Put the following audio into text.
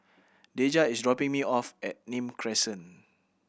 Dejah is dropping me off at Nim Crescent